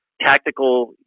tactical